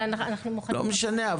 אבל אנחנו --- לא משנה,